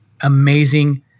amazing